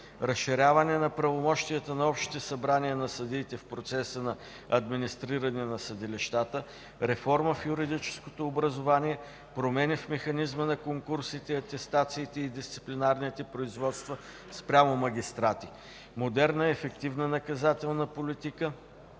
разширяване на правомощията на общите събрания на съдиите в процеса на администриране на съдилищата, реформа в юридическото образование, промени в механизма на конкурсите, атестациите и дисциплинарните производства спрямо магистрати, модерна и ефективна наказателна политика,